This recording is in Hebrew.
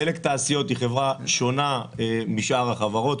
דלק תעשיות היא חברה שונה משאר החברות.